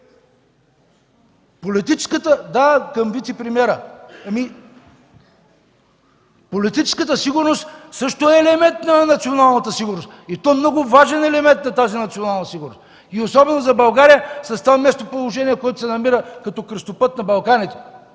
политическата сигурност също е елемент на националната сигурност, и то много важен елемент на националната сигурност, особено за България с това местоположение – като кръстопът на Балканите.